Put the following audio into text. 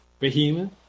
Behemoth